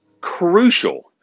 crucial